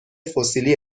فسیلی